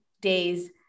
Days